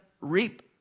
reap